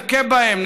נכה בהם,